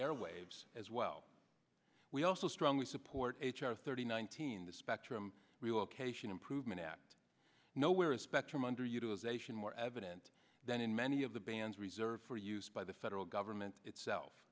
airwaves as well we also strongly support h r thirty nineteen the spectrum relocation improvement act nowhere in spectrum underutilization more evident than in many of the bans reserved for use by the federal government itself